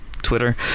Twitter